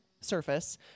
surface